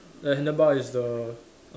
the handle bar is the